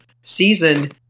season